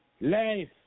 Life